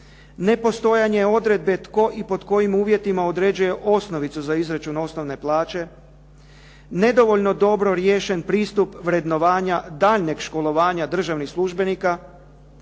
nepostojanje odredbe tko i pod kojim uvjetima određuje osnovicu za izračun osnovne plaće, nedovoljno riješen pristup vrednovanja daljnjeg školovanja državnih službenika,